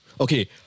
Okay